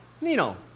Nino